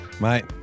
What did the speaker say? Mate